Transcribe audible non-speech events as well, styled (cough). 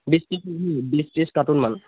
(unintelligible) বিছ ত্ৰিছ কাৰ্টুনমান